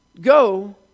go